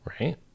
right